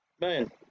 man